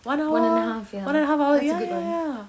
one hour one and a half hour ya ya ya